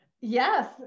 Yes